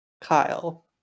Kyle